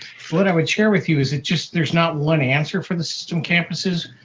what i would share with you is just there's not one answer for the system campuses.